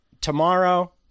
tomorrow